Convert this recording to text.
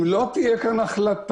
אם לא תהיה כאן החלטה,